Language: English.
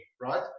right